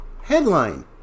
Headline